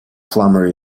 plummer